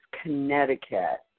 Connecticut